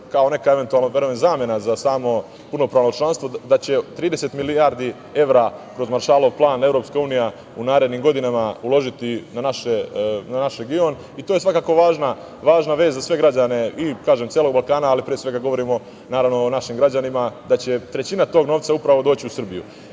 kao neka eventualna zamena za samo punopravno članstvo, da će 30 milijardi evra kroz Maršalov plan EU u narednim godinama uložiti na naš region. To je svakako važna vest za sve građane celog Balkana, ali pre svega govorim, naravno, o našim građanima, da će trećina tog novca upravo doći u Srbiju.